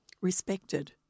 respected